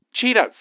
cheetahs